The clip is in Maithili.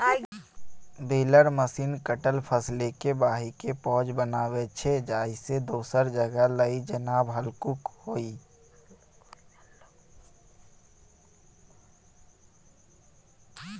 बेलर मशीन कटल फसलकेँ बान्हिकेँ पॉज बनाबै छै जाहिसँ दोसर जगह लए जेनाइ हल्लुक होइ